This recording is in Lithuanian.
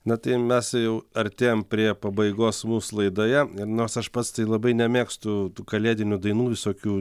na tai mes jau artėjam prie pabaigos mūs laidoje ir nors aš pats tai labai nemėgstu tų kalėdinių dainų visokių